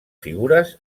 figures